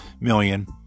million